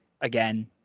again